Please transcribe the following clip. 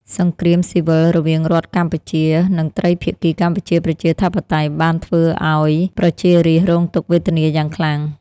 សង្គ្រាមស៊ីវិលរវាងរដ្ឋកម្ពុជា និងត្រីភាគីកម្ពុជាប្រជាធិបតេយ្យ បានធ្វើឱ្យប្រជារាស្ត្ររងទុក្ខវេទនាយ៉ាងខ្លាំង។